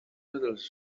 dels